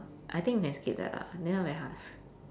I think you can skip lah this one very hard